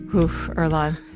oof, earlonne.